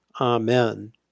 Amen